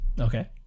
Okay